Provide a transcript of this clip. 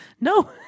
no